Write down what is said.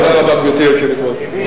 אני מודה לך, חבר הכנסת זאב.